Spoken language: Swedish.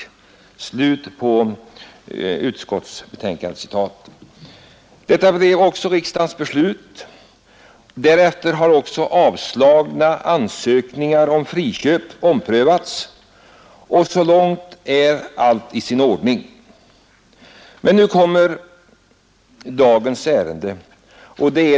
Detta blev också riksdagens beslut. Därefter har också avslagna ansökningar om friköp omprövats, och så långt är allt i sin ordning. Nu kommer dagens ärende.